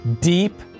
deep